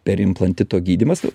perimplantito gydymas